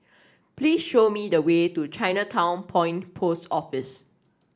please show me the way to Chinatown Point Post Office